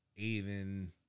Aiden